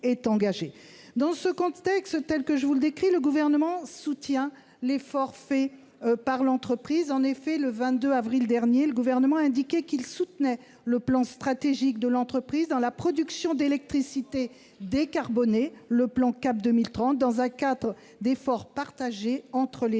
Dans ce contexte, le Gouvernement soutient l'effort réalisé par l'entreprise. En effet, le 22 avril dernier, le Gouvernement a indiqué qu'il soutenait le plan stratégique d'EDF dans la production d'électricité décarbonée, le programme CAP 2030, dans le cadre d'efforts partagés entre l'État